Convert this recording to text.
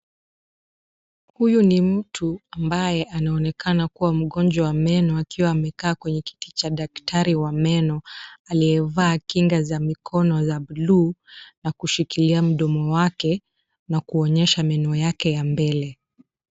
Huyu ni mtu ambaye anaonekana kuwa mgonjwa wa meno akiwa amekaa kwenye kiti cha daktari wa meno aliyevaa kinga za mikono za buluu na kushikilia mdomo wake na kuonyesha meno yake ya mbele.